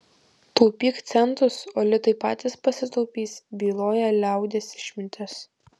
taupyk centus o litai patys pasitaupys byloja liaudies išmintis